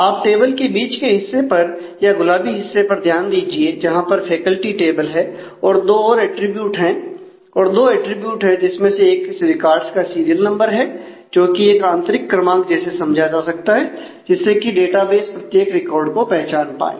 आप टेबल के बीच के हिस्से पर या गुलाबी हिस्से पर ध्यान दीजिए जहां पर फैकल्टी टेबल है और दो अटरीब्यूट हैं जिसमें से एक रिकॉर्ड्स का सीरियल नंबर है जोकि एक आंतरिक क्रमांक जैसे समझा जा सकता है जिससे कि डेटाबेस प्रत्येक रिकॉर्ड को पहचान पाए